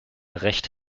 recht